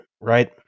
right